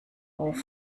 auf